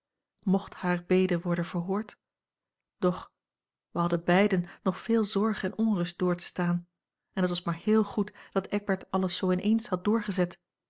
mocht hare bede worden verhoord doch wij hadden beiden nog veel zorg en onrust door te staan en het was maar heel goed dat eckbert alles zoo in eens had doorgezet